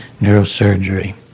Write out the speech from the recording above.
neurosurgery